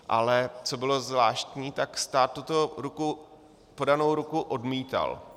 Ale co bylo zvláštní, tak stát tuto podanou ruku odmítal.